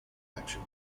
action